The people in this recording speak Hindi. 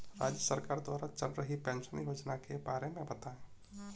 राज्य सरकार द्वारा चल रही पेंशन योजना के बारे में बताएँ?